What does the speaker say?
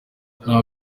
nta